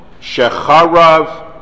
Shecharav